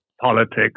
politics